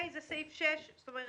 זה סעיף (ב)(6).